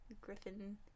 Griffin